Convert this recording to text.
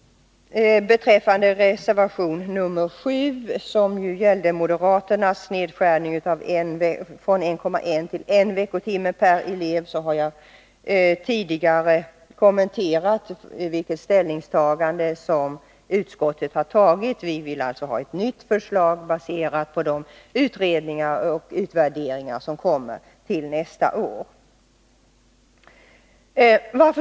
Moderaternas reservation 7 gäller en nedskärning från 1,1 till I veckotimme hemspråksundervisning per elev. I detta avseende har jag tidigare kommenterat utskottets ställningstagande. Vi vill alltså ha ett nytt förslag, baserat på de utredningar och utvärderingar som kommer till nästa år.